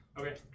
okay